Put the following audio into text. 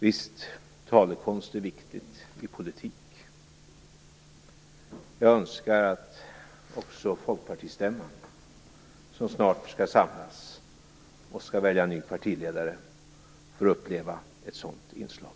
Visst, talekonst är viktig i politiken. Jag önskar att också folkpartistämman, som snart skall samlas och välja ny partiledare, får uppleva ett sådant inslag.